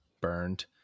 burned